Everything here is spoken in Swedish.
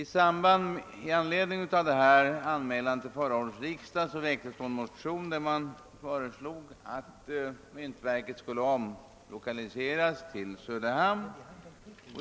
I anledning av denna anmälan till förra årets riksdag väcktes motioner med förslag om att myntoch justeringsverket skulle omlokaliseras till Söderhamn.